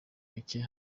bike